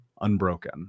unbroken